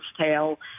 tale